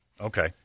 Okay